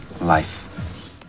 life